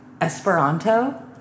Esperanto